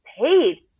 paid